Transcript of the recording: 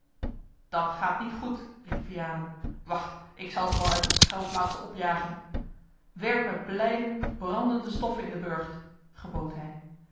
dat gaat niet goed riep vianen wacht ik zal ze wel uit hunne schuilplaatsen opjagen werpt met blijden brandende stoffen in den burcht gebood hij